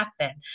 happen